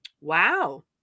Wow